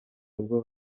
ubwo